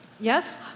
Yes